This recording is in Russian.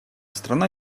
страна